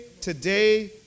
today